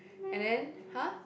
and then !huh!